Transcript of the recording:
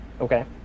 Okay